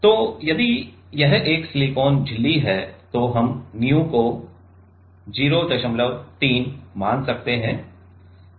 तो यदि यह एक सिलिकॉन झिल्ली है तो हम nu को 03 मान सकते हैं